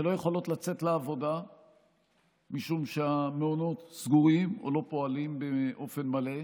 לא יכולות לצאת לעבודה משום שהמעונות סגורים או לא פועלים באופן מלא.